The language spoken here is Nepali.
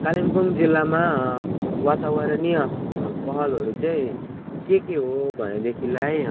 कालिम्पोङ जिल्लामा वातावरणीय पहलहरू चाहिँ के के हो भनेदेखिलाई